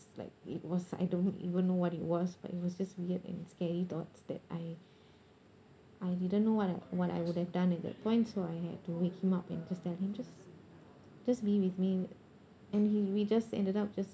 like it was I don't even know what it was but it was just weird and scary thoughts that I I didn't know what I what I would have done at that point so I had to wake him up and just tell him just just be with me and he we just ended up just